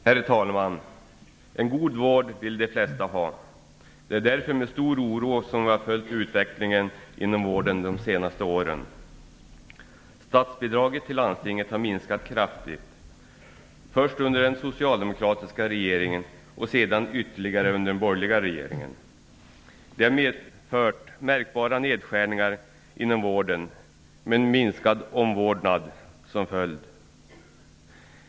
Herr talman! En god vård vill de flesta ha. Det är därför med stor oro vi har följt utvecklingen inom vården de senaste åren. Statsbidragen till landstingen har minskat kraftigt, först under den socialdemokratiska regeringen och sedan ytterligare under den borgerliga regeringen. Det har medfört märkbara nedskärningar inom vården med en minskad omvårdnad som följd.